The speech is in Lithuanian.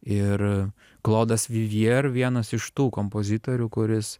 ir klodas vivjėr vienas iš tų kompozitorių kuris